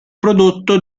prodotto